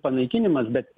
panaikinimas bet